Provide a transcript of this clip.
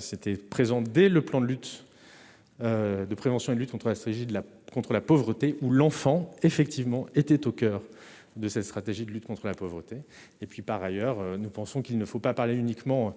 s'était présenté le plan de lutte, de prévention et de lutte contre la saisie de la contre la pauvreté ou l'enfant, effectivement, était au coeur de sa stratégie de lutte contre la pauvreté et puis par ailleurs, nous pensons qu'il ne faut pas parler uniquement